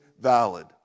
valid